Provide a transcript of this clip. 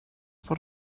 what